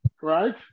right